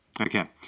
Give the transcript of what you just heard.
Okay